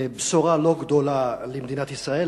בשורה לא גדולה לתושבי ישראל,